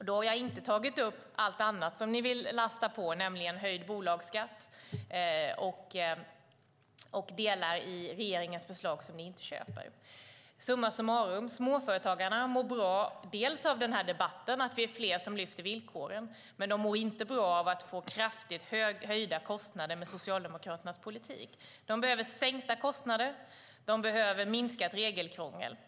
Då har jag inte tagit upp allt annat som ni vill lasta på dem, nämligen höjd bolagsskatt och delar i regeringens förslag som ni inte köper. Summa summarum: Småföretagarna mår bra av den här debatten, att vi är fler som lyfter fram villkoren, men de mår inte bra av att få kraftigt höjda kostnader med Socialdemokraternas politik. De behöver sänkta kostnader och minskat regelkrångel.